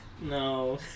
No